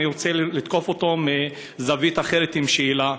אני רוצה לתקוף אותו מזווית אחרת עם שאלה.